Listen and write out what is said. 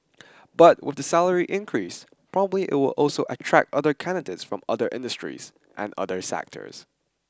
but with the salary increase probably it will also attract other candidates from other industries and other sectors